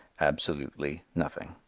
absolutely nothing.